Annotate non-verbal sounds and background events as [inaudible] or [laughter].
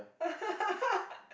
[laughs]